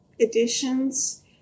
editions